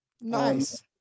nice